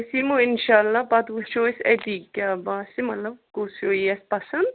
أسۍ یِمو اِنشاللہ پتہٕ وٕچھو أسۍ اَتی کیٛاہ باسہِ مطلب کُس ہیو یی اَسہِ پسنٛد